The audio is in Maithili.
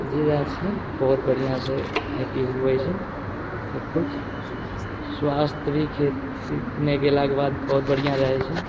जे जहाँ छै बहुत बढ़िआँ छै खेती हुए छै सब किछु स्वास्थ्य भी खेतीमे गेलाके बाद बहुत बढ़िआँ रहै छै